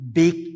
big